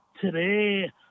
today